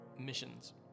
missions